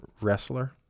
Wrestler